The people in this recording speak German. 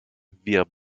wir